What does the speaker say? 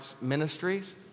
Ministries